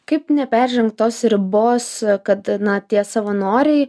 kaip neperžengt tos ribos kad na tie savanoriai